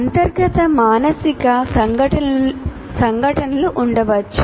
అంతర్గత మానసిక సంఘటనలు ఉండవచ్చు